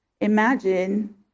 Imagine